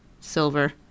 silver